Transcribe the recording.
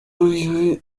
wiwe